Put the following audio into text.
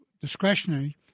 discretionary